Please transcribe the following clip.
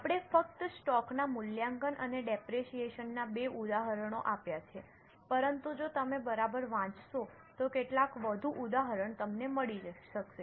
આપણે ફક્ત સ્ટોકના મૂલ્યાંકન અને ડેપરેશીયેશન ના બે ઉદાહરણો આપ્યા છે પરંતુ જો તમે બરાબર વાંચશો તો કેટલાક વધુ ઉદાહરણો તમને મળી શકશે